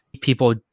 People